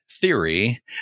theory